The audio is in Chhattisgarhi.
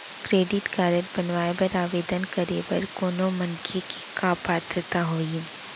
क्रेडिट कारड बनवाए बर आवेदन करे बर कोनो मनखे के का पात्रता होही?